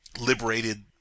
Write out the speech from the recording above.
liberated